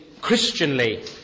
Christianly